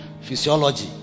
physiology